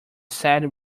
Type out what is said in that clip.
sad